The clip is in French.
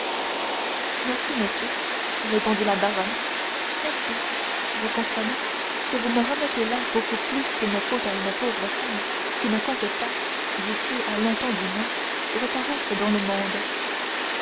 merci monsieur répondit la baronne merci vous comprenez que vous me remettez là beaucoup plus qu'il ne faut à une pauvre femme qui ne compte pas d'ici à longtemps du moins reparaître dans le monde